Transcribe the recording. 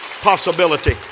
possibility